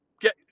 get